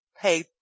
pay